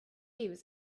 was